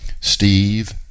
Steve